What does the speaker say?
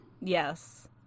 Yes